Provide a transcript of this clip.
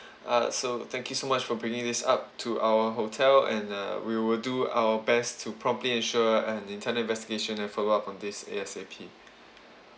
uh so thank you so much for bringing this up to our hotel and uh we will do our best to promptly ensure an internal investigation and follow up on this A_S_A_P